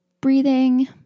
breathing